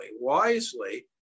wisely